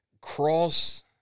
Cross